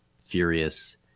furious